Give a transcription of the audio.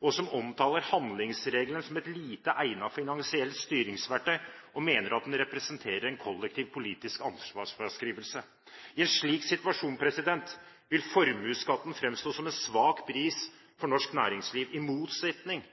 og som omtaler handlingsregelen som et lite egnet finansielt styringsverktøy, og mener at den representerer en kollektiv politisk ansvarsfraskrivelse. I en slik situasjon vil formuesskatten framstå som en svak bris for norsk næringsliv, i motsetning